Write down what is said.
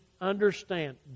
understand